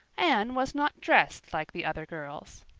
anne was not dressed like the other girls!